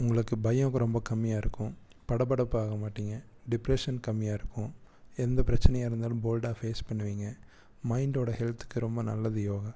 உங்களுக்கு ரொம்ப கம்மியாக இருக்கும் படபடப்பாகமாட்டிங்கள் டிப்ரஷன் கம்மியாக இருக்கும் எந்த பிரச்சனையாக இருந்தாலும் போல்டாக ஃபேஸ் பண்ணுவிங்கள் மைண்டோட ஹெல்த்துக்கு ரொம்ப நல்லது யோகா